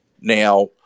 Now